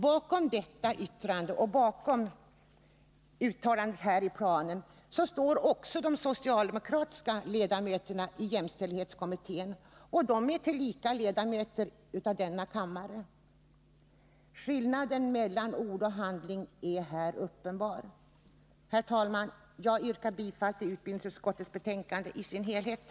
Bakom detta yttrande och bakom uttalandet i handlingsplanen står också de socialdemokratiska ledamöterna i jämställdhetskommittén. Dessa är tillika ledamöter av denna kammare. Skillnaden mellan ord och handling är här uppenbar. Herr talman! Jag yrkar bifall till utbildningsutskottets hemställan på samtliga punkter.